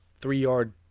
three-yard